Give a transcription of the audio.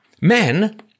men